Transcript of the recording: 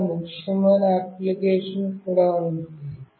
చాలా ముఖ్యమైన అప్లికేషన్ కూడా ఉంది